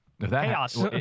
chaos